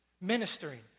ministering